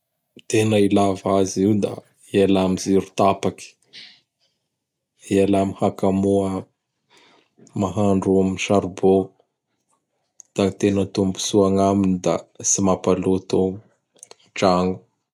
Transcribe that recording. Lafa gny fahafatarako gny piso moa tsy raha misy karazany fa gny volony ñy mampiavaky azy. Misy ny raiky volo, ao ny roa volo, misy ny elo volo.